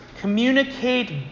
communicate